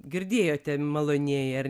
girdėjote malonieji ar